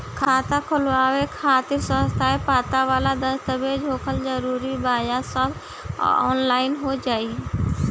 खाता खोलवावे खातिर स्थायी पता वाला दस्तावेज़ होखल जरूरी बा आ सब ऑनलाइन हो जाई?